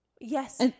Yes